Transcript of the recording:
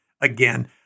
again